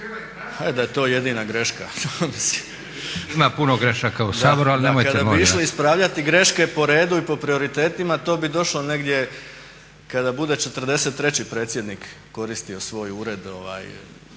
**Leko, Josip (SDP)** Ima puno grešaka u Saboru, ali nemojte molim vas. **Bauk, Arsen (SDP)** Kada bi išli ispravljati greške po redu i po prioritetima to bi došlo negdje kada bude 43. predsjednik koristio svoj ured